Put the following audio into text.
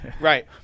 right